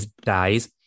dies